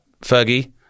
Fergie